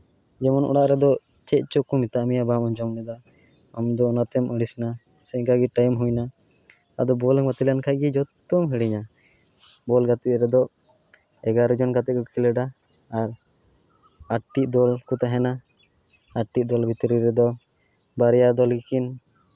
ᱡᱮᱢᱚᱱ ᱚᱲᱟᱜ ᱨᱮᱫᱚ ᱪᱮᱫ ᱪᱚᱠᱚ ᱢᱮᱛᱟᱫ ᱢᱮᱭᱟ ᱵᱟᱢ ᱟᱡᱚᱢ ᱞᱮᱫᱟ ᱟᱢᱫᱚ ᱚᱱᱟᱛᱮᱢ ᱟᱹᱲᱤᱥᱱᱟ ᱥᱮ ᱚᱱᱠᱟ ᱜᱮ ᱴᱟᱭᱤᱢ ᱦᱩᱭᱱᱟ ᱟᱫᱚ ᱵᱚᱞ ᱮᱢ ᱜᱟᱛᱮ ᱞᱮᱱᱠᱷᱟᱡ ᱜᱮ ᱡᱚᱛᱚᱢ ᱦᱤᱲᱤᱧᱟ ᱵᱚᱞ ᱜᱟᱛᱮᱫ ᱨᱮᱫᱚ ᱮᱜᱟᱨᱚ ᱡᱚᱱ ᱠᱟᱛᱮᱫ ᱠᱚ ᱠᱷᱤᱞᱳᱰᱟ ᱟᱨ ᱟᱴ ᱴᱤ ᱫᱚᱞ ᱠᱚ ᱛᱟᱦᱮᱱᱟ ᱟᱴ ᱴᱤ ᱫᱚᱞ ᱵᱷᱤᱛᱨᱤ ᱨᱮᱫᱚ ᱵᱟᱨᱭᱟ ᱫᱚᱞ ᱜᱮᱠᱤᱱ